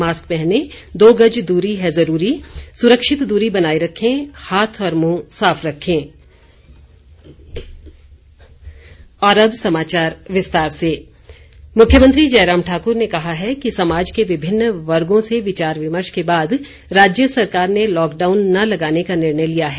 mask पहनें दो गज दूरी है जरूरी सुरक्षित दूरी बनाये रखें हाथ और मुंह साफ रखें मुख्यमंत्री मुख्यमंत्री जयराम ठाक्र ने कहा है कि समाज के विभिन्न वर्गो से विचार विमर्श के बाद राज्य सरकार ने लॉकडाउन न लगाने का निर्णय लिया है